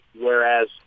whereas